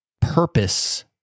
purpose